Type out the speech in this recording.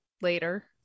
later